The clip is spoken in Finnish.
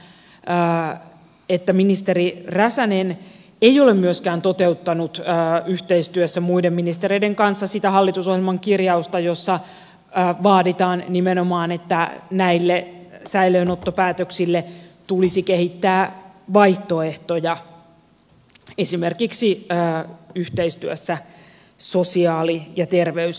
on valitettavaa että ministeri räsänen ei ole myöskään toteuttanut yhteistyössä muiden ministereiden kanssa sitä hallitusohjelman kirjausta jossa vaaditaan nimenomaan että näille säilöönottopäätöksille tulisi kehittää vaihtoehtoja esimerkiksi yhteistyössä sosiaali ja terveyssektorin kanssa